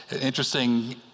interesting